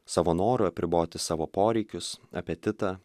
savo noru apriboti savo poreikius apetitą